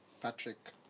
Patrick